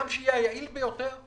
גם כשיהיה היעיל ביותר?